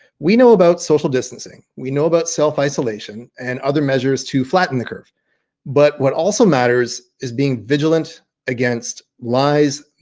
we know about social distancing we know about self isolation and other measures to flatten the curve but what also matters is being vigilant against lies,